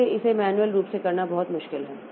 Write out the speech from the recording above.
इसलिए इसे मैन्युअल रूप से करना बहुत मुश्किल है